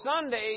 Sundays